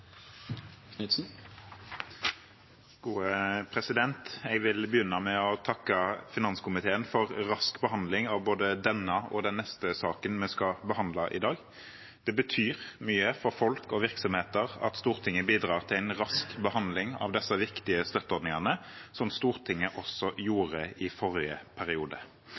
skal behandle i dag. Det betyr mye for folk og virksomheter at Stortinget bidrar til en rask behandling av disse viktige støtteordningene, slik Stortinget også gjorde i forrige periode.